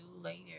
later